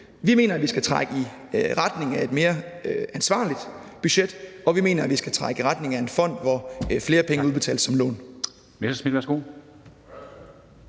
Vi mener, vi skal trække i retning af et mere ansvarligt budget, og vi mener, at vi skal trække i retning af en fond, hvor flere penge udbetales som lån.